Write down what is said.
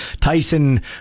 Tyson